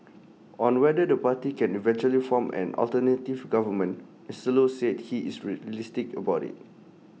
on whether the party can eventually form an alternative government Mister low said he is realistic about IT